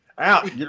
Out